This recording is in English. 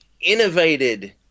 innovated